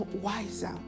wiser